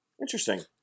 Interesting